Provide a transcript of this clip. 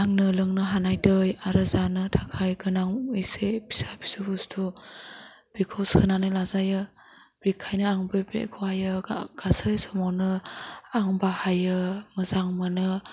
आंनो लोंनो हानाय दै आरो जानो थाखाय गोनां एसे फिसा फिसौ बुस्थु बेखौ सोनानै लाजायो बेखायनो आं बे बेगखौ हायो गासै समावनो आं बाहायो मोजां मोनो